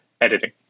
editing